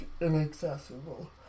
inaccessible